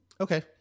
Okay